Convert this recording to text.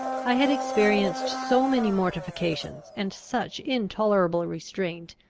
i had experienced so many mortifications, and such intolerable restraint,